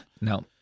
no